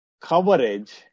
coverage